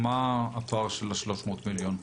מה הפער של 300 מיליון?